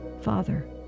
Father